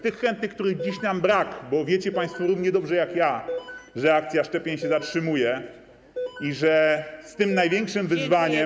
Tych chętnych, których dziś nam brak, bo wiecie państwo równie dobrze jak ja, że akcja szczepień się zatrzymuje i że z tym największym wyzwaniem.